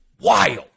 wild